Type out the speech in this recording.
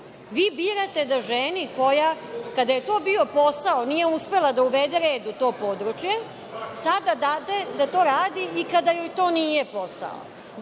vi birate da ženi koja kada je to bio posao nije uspela da uvede red u to područje, sada date da to radi i kada joj to nije posao.